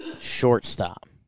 Shortstop